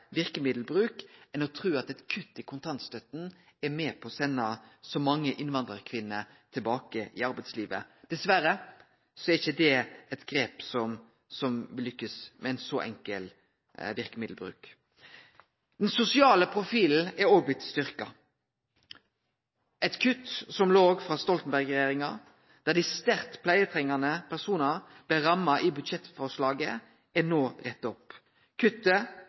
verkemiddelbruk, snarare enn å tru at eit kutt i kontantstøtta er med på å sende så mange innvandrarkvinner tilbake til arbeidslivet. Dessverre er ikkje det noko ein vil lukkast med med ein så enkel verkemiddelbruk. Den sosiale profilen er òg blitt styrkt. Eit kutt som låg i budsjettforslaget frå Stoltenberg-regjeringa, der sterkt pleietrengande personar blei ramma, er no retta opp